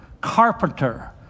carpenter